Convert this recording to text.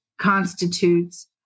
constitutes